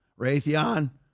Raytheon